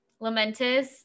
Lamentis